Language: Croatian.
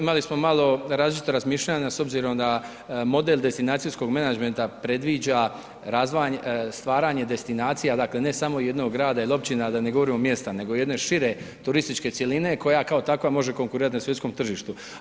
Imali smo malo različita razmišljanja s obzirom na model destinacijskog menadžmenta predviđa stvaranje destinacija, dakle ne samo jednog grada ili općina, da ne govorim mjesta, nego jedno šire turističke cjeline koja kao takva može konkurirati na svjetskom tržištu.